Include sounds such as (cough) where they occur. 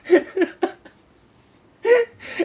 (laughs) (breath)